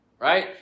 Right